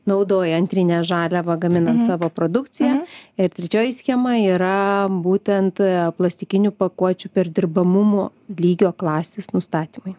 naudoja antrinę žaliavą gaminant savo produkciją ir trečioji schema yra būtent plastikinių pakuočių perdirbamumo lygio klasės nustatymui